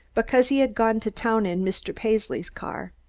because he had gone to town in mr. paisley's car.